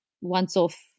once-off